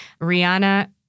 rihanna